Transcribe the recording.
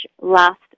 last